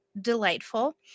delightful